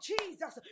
Jesus